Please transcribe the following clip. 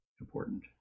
important